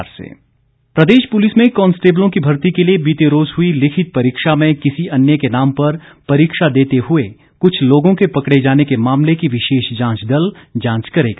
मुख्यमंत्री प्रदेश पुलिस में कांस्टेबलों की भर्ती के लिए बीते रोज हुई लिखित परीक्षा में किसी अन्य के नाम पर परीक्षा देते हुए कुछ लोगों के पकड़े जाने के मामले की विशेष जांच दल जांच करेगा